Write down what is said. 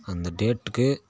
அந்த டேட்டுக்கு